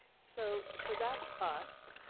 so so that's us.